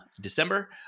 December